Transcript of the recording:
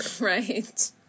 right